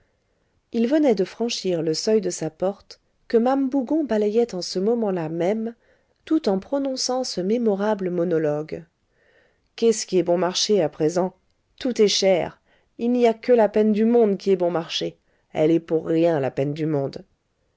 il venait de franchir le seuil de sa porte que mame bougon balayait en ce moment-là même tout en prononçant ce mémorable monologue qu'est-ce qui est bon marché à présent tout est cher il n'y a que la peine du monde qui est bon marché elle est pour rien la peine du monde